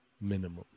Minimum